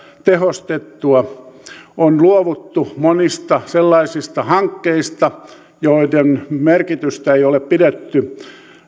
tehostettua ja on luovuttu monista sellaisista hankkeista joiden merkitystä ei ole pidetty